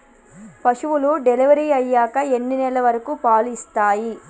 పశువులు డెలివరీ అయ్యాక ఎన్ని నెలల వరకు పాలు ఇస్తాయి?